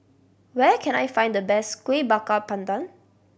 where can I find the best Kueh Bakar Pandan